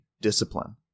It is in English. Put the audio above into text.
discipline